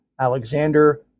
Alexander